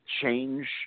change